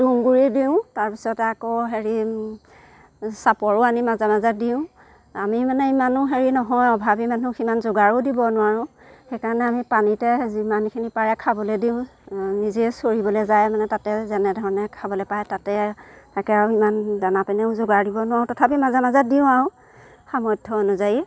তুঁহগুৰি দিওঁ তাৰপিছত আকৌ হেৰি চাপৰো আনি মাজে মাজে দিওঁ আমি মানে ইমানো হেৰি নহয় অভাৱি মানুহ ইমান যোগাৰো দিব নোৱাৰো সেইকাৰণে আমি পানীতে যিমানখিনি পাৰে খাবলৈ দিওঁ আ নিজে চৰিবলৈ যায় মানে তাতে যেনেধৰণে খাবলৈ পায় তাতে থাকে আৰু ইমান দানা পানীও যোগাৰ দিব নোৱাৰো তথাপি মাজে মাজে দিওঁ আৰু সামৰ্থ অনুযায়ী